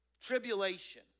Tribulation